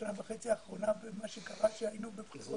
בשנה וחצי האחרונות וזה שהיינו בבחירות.